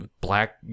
black